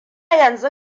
yanzu